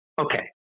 okay